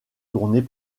tournée